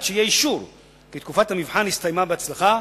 שיהיה אישור כי תקופת המבחן הסתיימה בהצלחה,